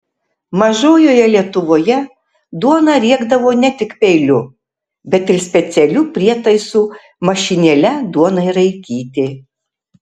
mažojoje lietuvoje duoną riekdavo ne tik peiliu bet ir specialiu prietaisu mašinėle duonai raikyti